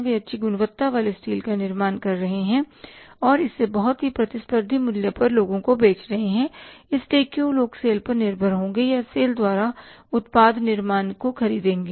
वे अच्छी गुणवत्ता वाले स्टील का निर्माण कर रहे हैं और इसे बहुत ही प्रतिस्पर्धी मूल्य पर लोगों को बेच रहे हैं इसलिए क्यों लोग सेल पर निर्भर होंगे या सेल द्वारा उत्पाद निर्माण को खरीदेंगे